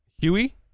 Huey